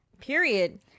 period